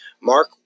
Mark